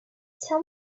tell